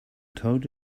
told